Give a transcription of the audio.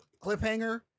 cliffhanger